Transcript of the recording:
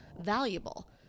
valuable